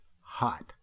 hot